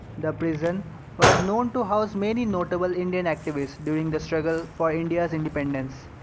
the prison was known to house many notable indian activist, during the struggle for india's independence.